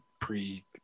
pre